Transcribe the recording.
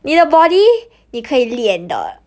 你的 body 你可以练的